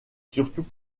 surtout